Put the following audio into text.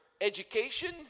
education